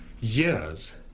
years